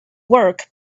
work